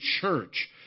church